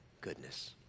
goodness